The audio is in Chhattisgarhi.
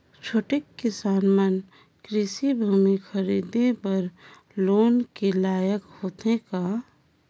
छोटके किसान मन कृषि भूमि खरीदे बर लोन के लायक होथे का?